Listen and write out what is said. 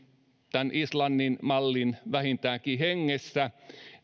tämän islannin mallin hengessä